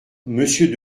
monsieur